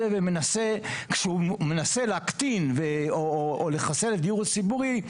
ומנסה להקטין או לחסל את הדיור הציבורי,